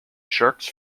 sharks